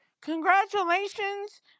Congratulations